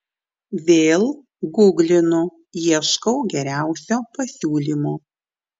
vėl guglinu ieškau geriausio pasiūlymo